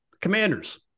Commanders